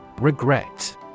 Regret